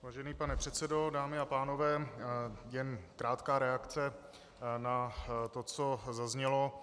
Vážený pane předsedo, dámy a pánové, jen krátká reakce na to, co zaznělo.